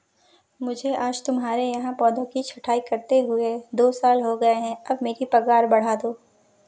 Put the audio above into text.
मुझे आज तुम्हारे यहाँ पौधों की छंटाई करते हुए दो साल हो गए है अब मेरी पगार बढ़ा दो